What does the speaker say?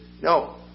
No